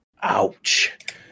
Ouch